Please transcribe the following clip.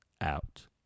out